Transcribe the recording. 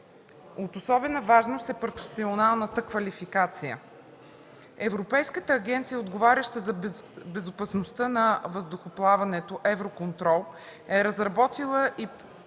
от особена важност е професионалната квалификация. Европейската агенция, отговаряща за безопасността на въздухоплаването – Евроконтрол, е разработила и